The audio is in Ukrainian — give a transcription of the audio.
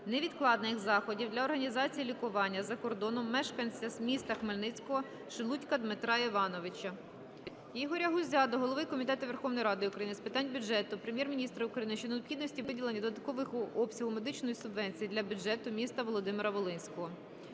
невідкладних заходів для організації лікування за кордоном мешканця міста Хмельницького Шелудька Дмитра Івановича.